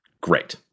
Great